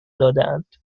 دادهاند